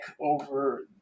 over